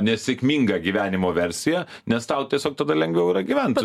nesėkminga gyvenimo versija nes tau tiesiog tada lengviau yra gyvent